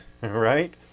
right